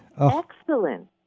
Excellent